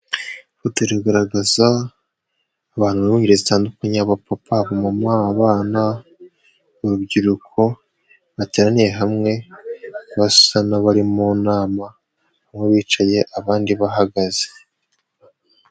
Ifoto iragaragaza abantu bingeri zitandukanye: abapapa, aba mama, abana b'urubyiruko bateraniye hamwe. Basa n'abari mu nama. Bamwe bicaye abandi bahagaze.